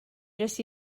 just